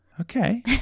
Okay